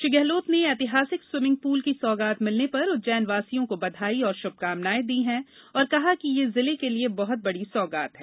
श्री गहलोत ने ऐतिहासिक swimming pool की सौगात मिलने पर उज्जैन वासियों को बधाई और शुभकामनाएं दी और कहा कि यह जिले के लिये बहत बड़ी सौगात है